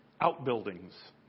outbuildings